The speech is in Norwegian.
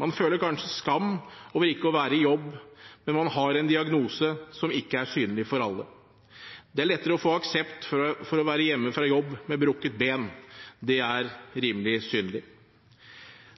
Man føler kanskje skam over ikke å være i jobb, men man har en diagnose som ikke er synlig for alle. Det er lettere å få aksept for å være hjemme fra jobb med brukket ben – det er rimelig synlig.